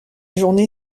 journée